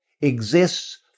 exists